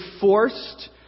forced